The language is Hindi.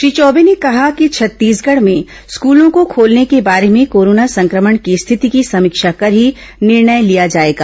श्री चौबे ने कहा कि छत्तीसगढ़ में स्कूलों को खोलने के बारे में कोरोना संक्रमण की स्थिति की समीक्षा कर ही निर्णय लिया जाएगा